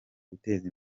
guteza